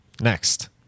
next